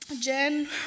Jen